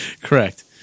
Correct